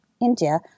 India